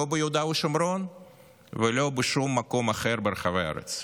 לא ביהודה ושומרון ולא בשום מקום אחר ברחבי הארץ.